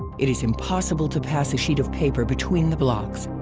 it is impossible to pass a sheet of paper between the blocks.